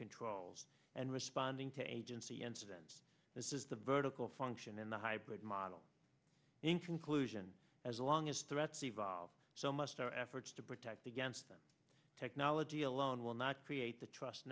controls and responding to agency and since this is the vertical function in the hybrid model in conclusion as long as threats evolve so must our efforts to protect against that technology alone will not create the trust